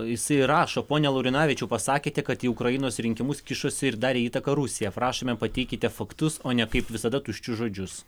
jisai rašo pone laurinavičiau pasakėte kad į ukrainos rinkimus kišosi ir darė įtaką rusija prašome pateikite faktus o ne kaip visada tuščius žodžius